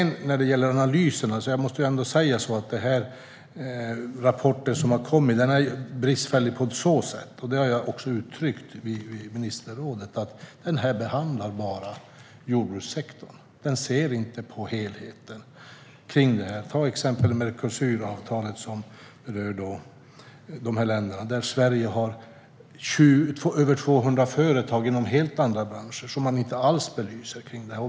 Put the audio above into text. När det gäller analyserna är rapporten som har kommit bristfällig på så sätt att det bara är jordbrukssektorn som behandlas. Man ser inte till helheten. Det har jag också uttryckt vid ministerrådet. I fråga om Mercosuravtalet till exempel berörs 200 svenska företag som handlar i de länderna, inom helt andra branscher som inte alls belyses.